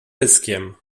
pyskiem